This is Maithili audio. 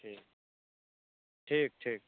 ठीक ठीक ठीक